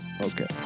Okay